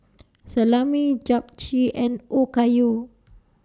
Salami Japchae and Okayu